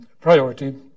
priority